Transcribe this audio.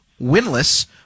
winless